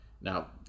Now